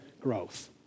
growth